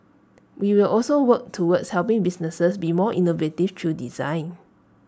we will also work towards helping businesses be more innovative through design